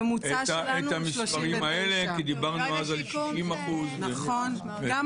הממוצע שלנו הוא 39. אז אני מקדם בברכה